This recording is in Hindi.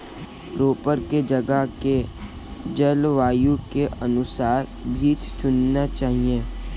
रोपड़ की जगह के जलवायु के अनुसार बीज चुनना चाहिए